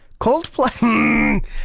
Coldplay